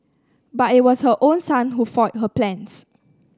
but it was her own son who foiled her plans